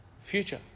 future